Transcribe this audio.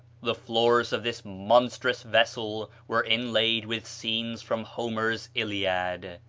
the floors of this monstrous vessel were inlaid with scenes from homer's iliad.